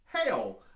hail